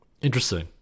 Interesting